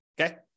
okay